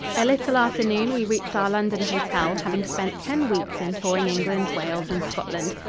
a little after noon we reached our london hotel, having spent ten weeks in touring england, wales and scotland.